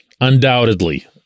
undoubtedly